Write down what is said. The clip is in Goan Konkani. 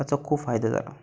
हाचो खूब फायदो जालो